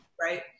right